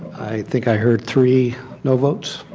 think i heard three no votes.